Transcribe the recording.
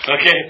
Okay